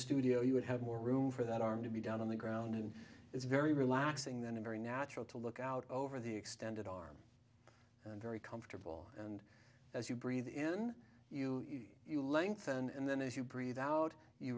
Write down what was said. studio you would have more room for that arm to be down on the ground is very relaxing then a very natural to look out over the extended arm very comfortable and as you breathe in you you lengthen and then as you breathe out you